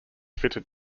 fitted